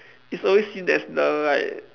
it's always seen as the like